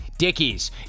Dickies